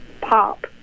pop